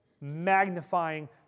magnifying